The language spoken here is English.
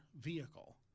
vehicle